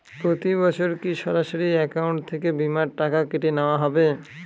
প্রতি বছর কি সরাসরি অ্যাকাউন্ট থেকে বীমার টাকা কেটে নেওয়া হবে?